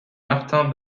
martin